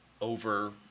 over